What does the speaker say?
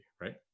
right